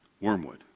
Wormwood